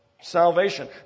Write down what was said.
salvation